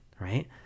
right